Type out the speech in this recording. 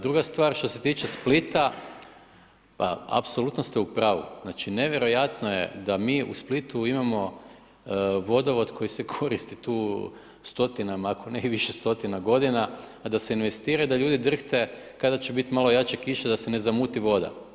Druga stvar, što se tiče Splita pa apsolutno ste upravu, znači nevjerojatno je da mi u Splitu imamo vodovod koji se koristi tu stotinama, ako ne i više stotina godina, da se investira da ljudi drhte kada će biti malo jača kiša da se ne zamuti voda.